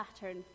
pattern